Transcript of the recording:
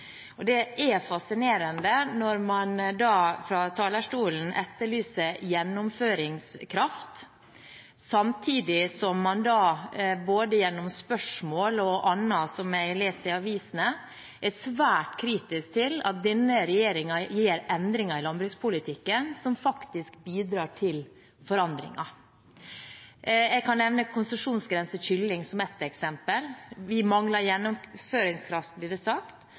Det er fascinerende når man fra talerstolen etterlyser gjennomføringskraft, samtidig som man både gjennom spørsmål og annet som jeg leser om i avisene, er svært kritisk til at denne regjeringen gjør endringer i landbrukspolitikken som faktisk bidrar til forandringer. Jeg kan nevne konsesjonsgrense for kylling som ett eksempel. Vi mangler gjennomføringskraft, blir det sagt,